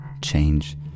change